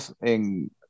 en